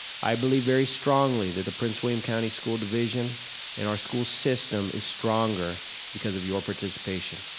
i believe very strongly that the prince william county school division and our school system is stronger because of your participation.